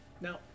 now